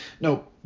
No